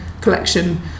collection